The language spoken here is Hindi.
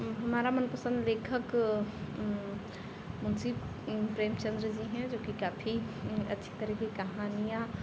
हमारा मन पसन्द लेखक वह मुंशी प्रेमचन्द जो हैं जो कि काफ़ी अच्छी तरह की कहानियाँ